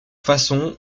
façon